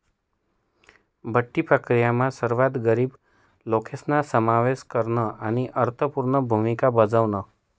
बठ्ठी प्रक्रीयामा सर्वात गरीब लोकेसना समावेश करन आणि अर्थपूर्ण भूमिका बजावण